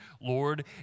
Lord